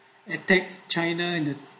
attacked china in the